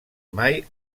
mai